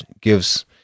gives